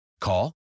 Call